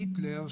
היטלר,